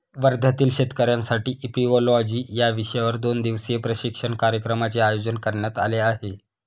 वर्ध्यातील शेतकऱ्यांसाठी इपिओलॉजी या विषयावर दोन दिवसीय प्रशिक्षण कार्यक्रमाचे आयोजन करण्यात आले आहे